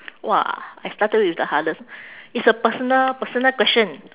!wah! I started with the hardest it's a personal personal question